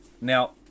Now